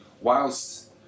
whilst